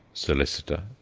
solicitor,